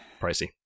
pricey